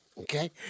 okay